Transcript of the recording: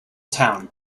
town